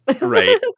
Right